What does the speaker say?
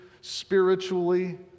spiritually